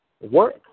work